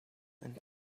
and